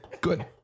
Good